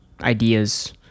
ideas